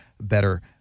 better